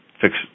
fix